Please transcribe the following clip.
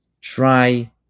Try